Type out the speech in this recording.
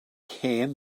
hen